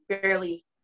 fairly